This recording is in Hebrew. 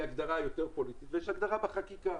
הגדרה יותר פוליטית ויש הגדרה בחקיקה.